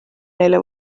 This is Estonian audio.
neile